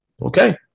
Okay